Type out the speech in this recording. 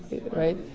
right